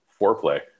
foreplay